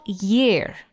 year